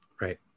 right